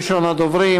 ראשון הדוברים,